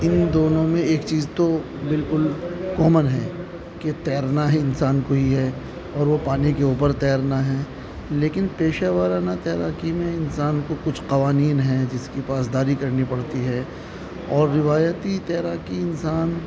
ان دونوں میں ایک چیز تو بالکل کامن ہے کہ تیرنا ہے انسان کو ہی ہے اور وہ پانی کے اوپر تیرنا ہے لیکن پیشہ ورانہ تیراکی میں انسان کو کچھ قوانین ہیں جس کی پاسداری کرنی پڑتی ہے اور روایتی تیراکی انسان